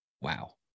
wow